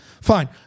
fine